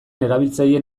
erabiltzaileen